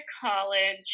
college